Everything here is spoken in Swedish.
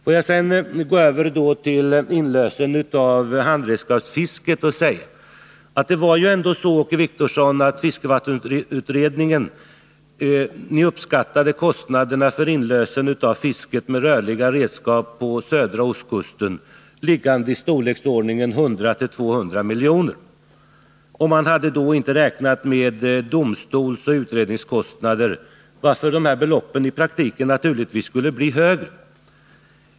Får jag sedan gå över till frågan om inlösen av handredskapsfisket och säga: Fiskevattensutredningen uppskattade kostnaderna för inlösen av fisket med rörliga redskap på södra ostkusten till i storleksordningen 100-200 miljoner. Utredningen hade då inte räknat med domstolsoch utredningskostnader, varför beloppet i praktiken naturligtvis skulle bli högre.